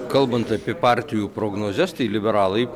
kalbant apie partijų prognozes tai liberalai